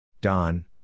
Don